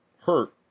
hurt